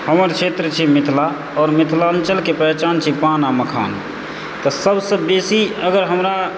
हमर क्षेत्र छी मिथिला आओर मिथिलाञ्चलके पहचान छी पान आओर मखान तऽ सभसँ बेसी अगर हमरा